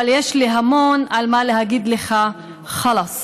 אבל יש המון על מה להגיד לך חלאס.